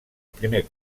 primer